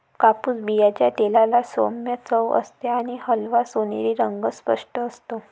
कापूस बियांच्या तेलाला सौम्य चव असते आणि हलका सोनेरी रंग स्पष्ट असतो